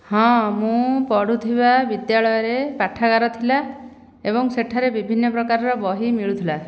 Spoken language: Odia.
ହଁ ମୁଁ ପଢ଼ୁଥିବା ବିଦ୍ୟାଳୟରେ ପାଠାଗାର ଥିଲା ଏବଂ ସେଠାରେ ବିଭିନ୍ନ ପ୍ରକାରର ବହି ମିଳୁଥିଲା